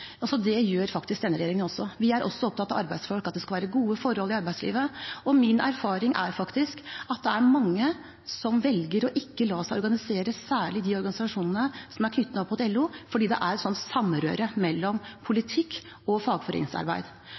Det gjør faktisk denne regjeringen også. Vi er opptatt av arbeidsfolk, av at det skal være gode forhold i arbeidslivet. Min erfaring er faktisk at det er mange som velger å ikke la seg organisere, særlig de organisasjonene som er knyttet til LO, fordi det er et samrøre mellom politikk og fagforeningsarbeid.